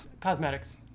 Cosmetics